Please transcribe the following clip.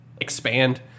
expand